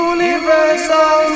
Universal